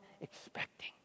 expecting